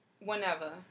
whenever